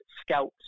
scouts